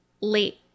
late